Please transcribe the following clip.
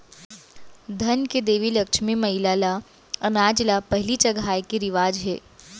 धन के देवी लक्छमी मईला ल अनाज ल पहिली चघाए के रिवाज हे